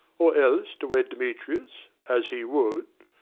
or else to wed demetrius, as he would,